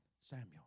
Samuel